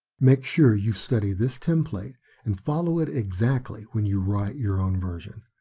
make sure you study this template and follow it exactly when you write your own version.